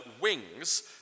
wings